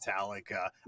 Metallica